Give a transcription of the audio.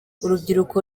urubyiruko